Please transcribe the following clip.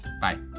Bye